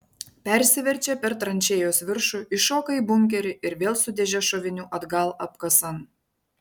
persiverčia per tranšėjos viršų įšoka į bunkerį ir vėl su dėže šovinių atgal apkasan